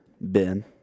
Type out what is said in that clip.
Ben